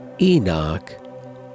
Enoch